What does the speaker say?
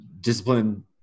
discipline